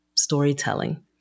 storytelling